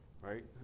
right